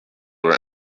were